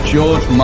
George